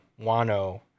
Wano